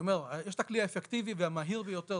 יש את הכלי האפקטיבי והמהיר ביותר,